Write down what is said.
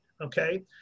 okay